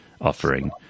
offering